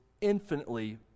infinitely